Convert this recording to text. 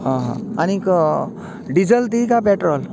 हा हा आनीक डिजल ती कांय पेट्रोल